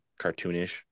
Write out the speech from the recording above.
cartoonish